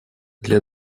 для